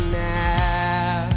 now